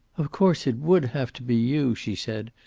of course it would have to be you, she said.